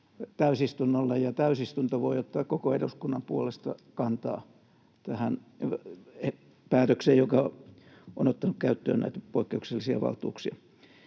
täysistunnolle ja täysistunto voi ottaa koko eduskunnan puolesta kantaa tähän päätökseen, jossa on otettu käyttöön näitä poikkeuksellisia valtuuksia.